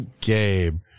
game